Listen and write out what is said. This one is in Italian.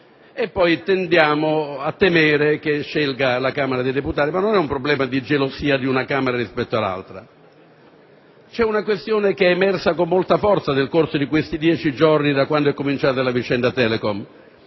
e poi tendiamo a temere che scelga la Camera dei deputati. Non è un problema di gelosia di una Camera rispetto all'altra; piuttosto è la questione emersa con molta forza nel corso di questi dieci giorni da quando è cominciata la vicenda Telecom.